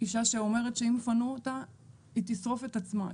אישה שאומרת שאם יפנו אותה היא תשרוף את עצמה,